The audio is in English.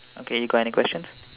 okay you got any questions